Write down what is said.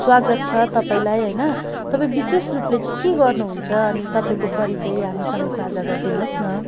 स्वागत छ तपाईँलाई होइन तपाईँ विशेष रूपले चाहिँ के गर्नुहुन्छ अनि तपाईँको परिचय हामीसँग साझा गरिदिनुहोस् न